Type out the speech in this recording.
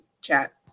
chat